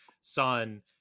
son